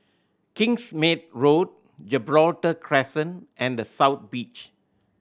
Kingsmead Road Gibraltar Crescent and The South Beach